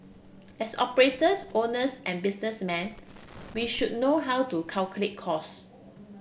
as operators owners and businessmen we should know how to calculate cause